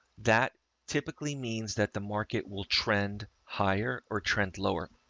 that typically means that the market will trend higher or trend lower.